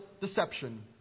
deception